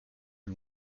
and